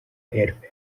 hervé